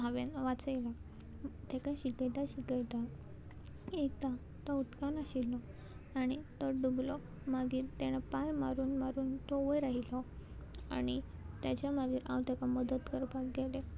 हांवें वाचयलां ताका शिकयता शिकयता एकदां तो उदकान आशिल्लो आनी तो डुबलो मागीर तेणें पांय मारून मारून तो वयर आयिल्लो आनी तेज्या मागीर हांव ताका मदत करपाक गेलें